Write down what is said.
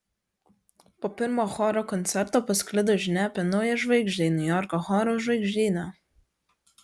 po pirmo choro koncerto pasklido žinia apie naują žvaigždę niujorko chorų žvaigždyne